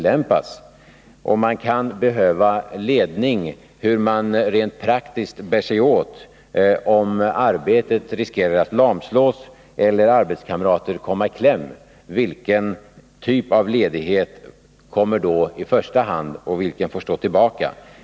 Det kan behövas ledning och upplysning om hur man rent praktiskt skall bära sig åt om arbetet riskerar att lamslås eller arbetskamrater kommer i kläm. Vilken typ av ledighet kommer isådana fall i första hand och vilken typ av ledighet får stå tillbaka?